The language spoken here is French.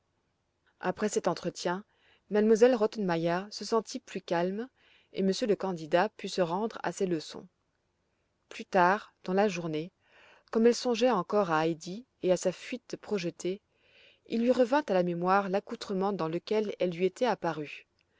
après cet entretien m elle rottenmeier se sentit pins calme et monsieur le candidat put se rendre à ses leçons plus tard dans la journée comme elle songeait encore à heidi et à sa faite projetée il lui revint à la mémoire l'accoutrement dans lequel elle lui était apparue